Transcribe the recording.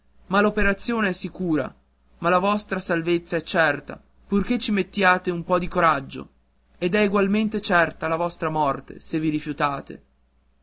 ma l'operazione è sicura ma la vostra salvezza è certa purché ci mettiate un po di coraggio ed è egualmente certa la vostra morte se vi rifiutate